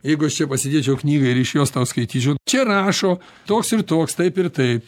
jeigu aš čia pasėdėčiau knygą ir iš jos tau skaityčiau čia rašo toks ir toks taip ir taip